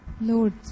Lord